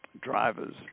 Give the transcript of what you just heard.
drivers